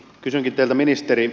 kysynkin teiltä ministeri